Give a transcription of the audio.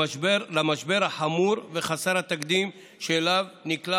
למשבר החמור וחסר התקדים שאליו נקלע